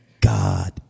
God